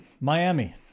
miami